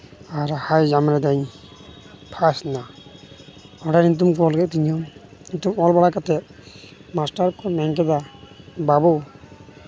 ᱟᱨ high jump ᱨᱮᱫᱚᱧ first ᱮᱱᱟ ᱚᱸᱰᱮ ᱧᱩᱛᱩᱢ ᱠᱚ ᱚᱞ ᱠᱮᱜ ᱛᱤᱧᱟ ᱧᱩᱛᱩᱢ ᱚᱞ ᱵᱟᱲᱟ ᱠᱟᱛᱮ ᱢᱟᱥᱴᱟᱨ ᱠᱚ ᱢᱮᱱ ᱠᱮᱫᱟ ᱵᱟᱹᱵᱩ